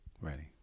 Ready